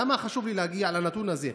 למה חשוב לי להגיע לנתון הזה?